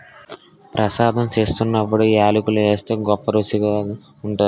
ప్రసాదం సేత్తున్నప్పుడు యాలకులు ఏస్తే గొప్పరుసిగా ఉంటాది